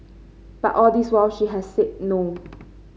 but all this while she has said no